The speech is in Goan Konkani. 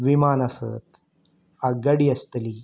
विमान आसत आगगाडी आसतली